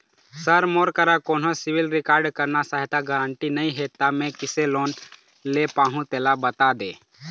sir मोर करा कोन्हो सिविल रिकॉर्ड करना सहायता गारंटर नई हे ता मे किसे लोन ले पाहुं तेला बता दे